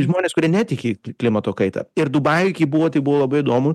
žmonės kurie netiki klimato kaita ir dubajuj kai buvau tai buvo labai įdomu